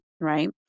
right